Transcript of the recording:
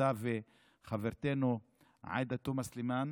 אתה וחברתנו עאידה תומא סלימאן,